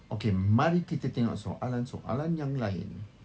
okay mari kita tengok soalan-soalan yang lain